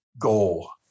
goal